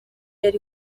ari